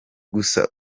gusa